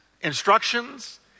instructions